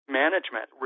management